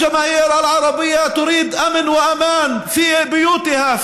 הציבור הערבי דורש ביטחון והגנה בבתים שלו,